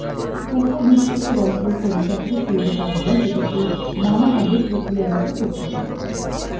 cocoa বীজ থেকে রস বের করে চকোলেট তৈরি করা হয় যেটাকে নানা ভাবে প্রক্রিয়াজাত করতে হয়